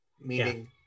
meaning